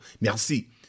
Merci